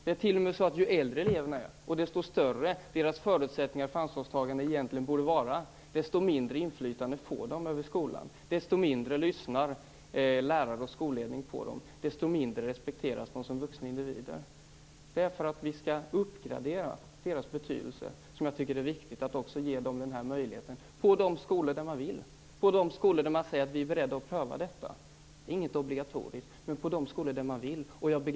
Det är t.o.m. så att ju äldre eleverna är, och ju större deras förutsättningar för ansvarstagande egentligen borde vara, desto mindre inflytande får de över skolan, desto mindre lyssnar lärare och skolledning på dem, och desto mindre respekteras de som vuxna individer. Det är för att vi skall uppgradera elevernas betydelse som jag tycker att det är viktigt att ge dem den här möjligheten på de skolor där man vill, de skolor där man säger att vi är beredda att pröva detta. Det är inget obligatoriskt, men på de skolor där man vill, skall man kunna göra det.